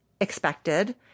expected